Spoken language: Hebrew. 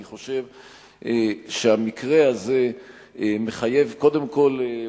אני חושב שהמקרה הזה מחייב קודם כול,